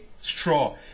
straw